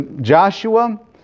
Joshua